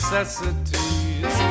Necessities